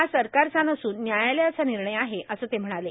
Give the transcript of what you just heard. हा सरकारचा नसून न्यायालयाचा निर्णय आहे असं ते म्हणाले